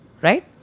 right